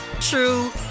true